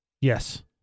Yes